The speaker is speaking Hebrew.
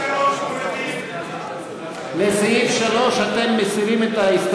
סעיף 3, מורידים, הסתייגות מס'